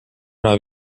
ära